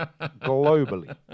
globally